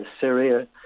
Syria